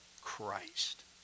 Christ